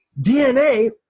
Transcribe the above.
DNA